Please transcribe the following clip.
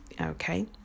okay